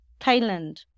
Thailand